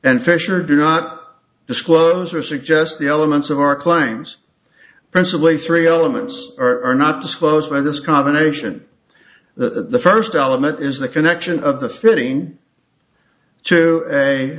and fisher do not disclose or suggest the elements of our claims principally three elements are not disclosed by this combination the first element is the connection of the fitting to a